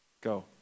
Go